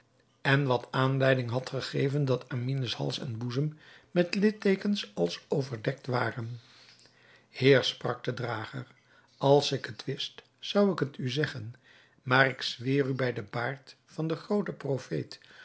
en wat aanleiding had gegeven dat amine's hals en boezem met lidteekens als overdekt waren heer sprak de drager als ik het wist zou ik het u zeggen maar ik zweer u bij den baard van den grooten profeet